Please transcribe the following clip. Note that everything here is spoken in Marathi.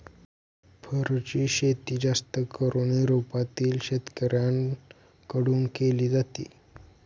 फरची शेती जास्त करून युरोपातील शेतकऱ्यांन कडून केली जाते